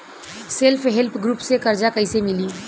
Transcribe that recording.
Self help group से कर्जा कईसे मिली?